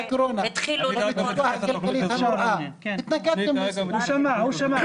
התנגדתם לזה הוא שמע, הוא שמע.